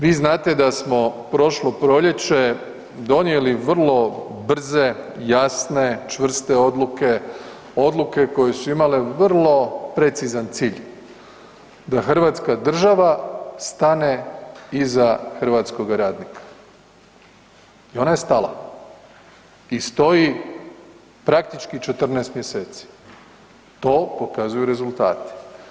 Vi znate da smo prošlo proljeće donijeli vrlo brze, jasne, čvrste odluke, odluke koje su imale vrlo precizan cilj da hrvatska država stane iza hrvatskoga radnika i ona je stala i stoji praktički 14 mjeseci, to pokazuju rezultati.